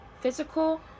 physical